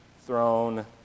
thrown